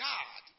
God